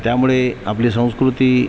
त्यामुळे आपली संस्कृती